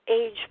age